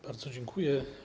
Bardzo dziękuję.